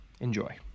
Enjoy